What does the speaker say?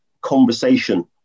conversation